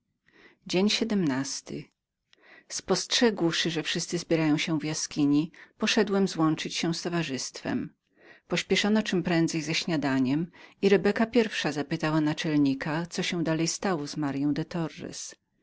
sobie sprawy spostrzegłszy że wszyscy zbierali się do jaskini poszedłem złączyć się z towarzystwem pośpieszono czemprędzej ze śniadaniem i rebeka pierwsza zapytała naczelnika co się dalej stało z maryą